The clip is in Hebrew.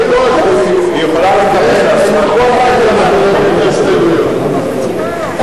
ואנחנו נעביר את ההסתייגויות.